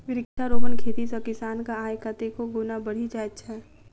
वृक्षारोपण खेती सॅ किसानक आय कतेको गुणा बढ़ि जाइत छै